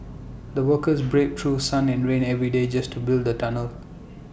the workers braved through sun and rain every day just to build the tunnel